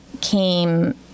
came